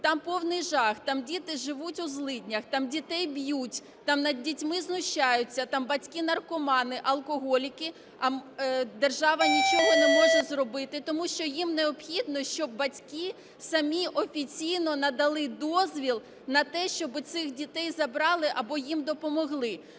Там повний жах, там діти живуть у злиднях, там дітей б'ють, там над дітьми знущаються, там батьки наркомани, алкоголіки, а держава нічого не може зробити, тому що їм необхідно, щоб батьки самі офіційно надали дозвіл на те, щоб цих дітей забрали або їм допомогли.